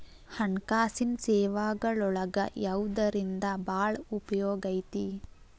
ಹಣ್ಕಾಸಿನ್ ಸೇವಾಗಳೊಳಗ ಯವ್ದರಿಂದಾ ಭಾಳ್ ಉಪಯೊಗೈತಿ?